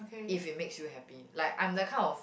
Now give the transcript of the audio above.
if it makes you happy like I'm the kind of